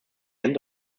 end